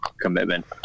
commitment